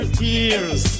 tears